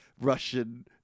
Russian